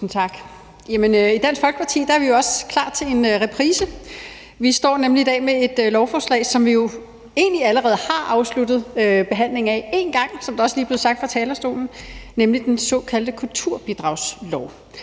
I Dansk Folkeparti er vi også klar til en reprise, for vi står nemlig i dag med et lovforslag, som vi jo egentlig allerede én gang har afsluttet behandlingen af, som det også lige blev sagt fra talerstolen, nemlig forslaget til den såkaldte kulturbidragslov.